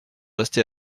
resté